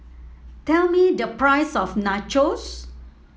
tell me the price of Nachos